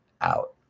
out